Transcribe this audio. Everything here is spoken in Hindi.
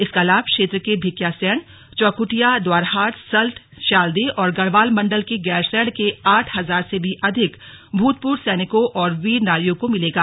इसका लाभ क्षेत्र के भिकियासैंण चौखुटिया द्वारहाट सल्ट स्यालदे और गढ़वाल मंडल के गैरसैंण के आठ हजार से भी अधिक भूतपूर्व सैनिकों और वीर नारियों को मिलेगा